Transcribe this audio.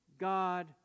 God